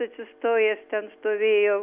atsistojęs ten stovėjau